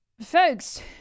folks